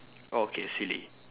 okay silly